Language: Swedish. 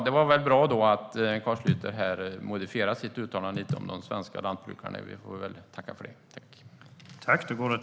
Det är bra att Carl Schlyter modifierade sitt uttalande om de svenska lantbrukarna. Vi tackar för det.